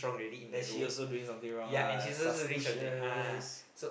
then she also doing something wrong ah suspicious